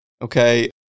okay